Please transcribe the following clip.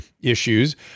issues